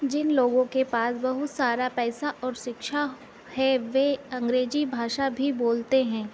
जिन लोगों के पास बहुत सारा पैसा और शिक्षा है वे अंग्रेजी भाषा भी बोलते हैं